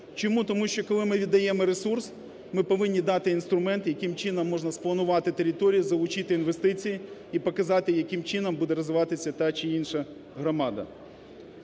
Чому? Тому що, коли ми віддаємо ресурс, ми повинні дати інструмент, яким чином можна спланувати територію, залучити інвестиції і показати, яким чином буде розвиватися та чи інша громада.